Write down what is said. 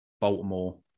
Baltimore